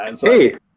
hey